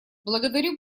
благодарю